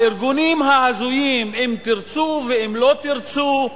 הארגונים ההזויים, "אם תרצו" ואם לא תרצו,